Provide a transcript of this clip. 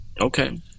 Okay